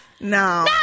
No